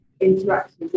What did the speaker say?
interaction